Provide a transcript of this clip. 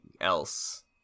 else